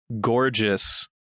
gorgeous